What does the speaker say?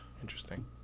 Interesting